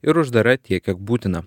ir uždara tiek kiek būtina